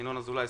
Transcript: ינון אזולאי,